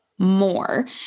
more